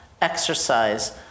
exercise